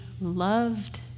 loved